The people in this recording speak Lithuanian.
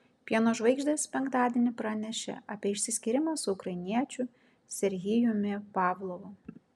pieno žvaigždės penktadienį pranešė apie išsiskyrimą su ukrainiečiu serhijumi pavlovu